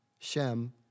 Shem